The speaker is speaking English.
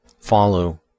follow